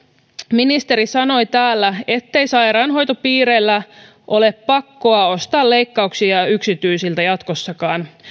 ministeri sanoi täällä ettei sairaanhoitopiireillä ole pakkoa ostaa leikkauksia yksityisiltä jatkossakaan